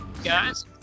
Guys